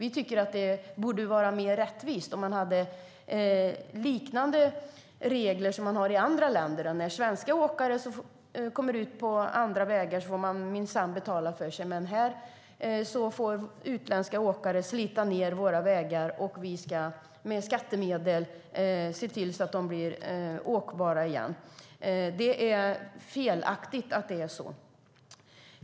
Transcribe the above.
Vi tycker att det vore mer rättvist om vi hade liknande regler som andra länder. När svenska åkare kommer ut på andra länders vägar får de betala för sig, men här får utländska åkare slita ned våra vägar. Sedan får vi med skattemedel se till att de blir åkbara igen. Det är fel att det är så.